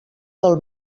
del